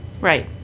right